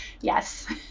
Yes